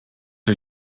are